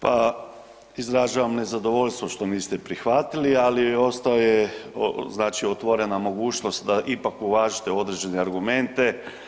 Pa, izražavam nezadovoljstvo što niste prihvatili, ali ostao je, znači otvorena mogućnost da ipak uvažite određene argumente.